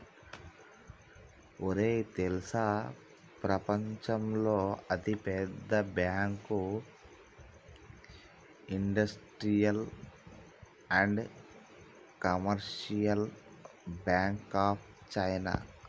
ఒరేయ్ తెల్సా ప్రపంచంలో అతి పెద్ద bank industrial and commercial bank of China